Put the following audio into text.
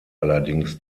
allerdings